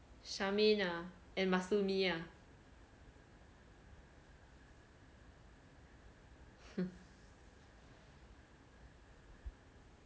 charmaine ah and matsumi ah